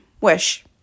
wish